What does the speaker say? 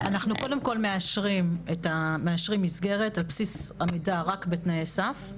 אנחנו קודם כל מאשרים את המסגרת על בסיס עמידה רק בתנאי סף,